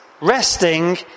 resting